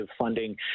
funding